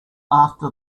after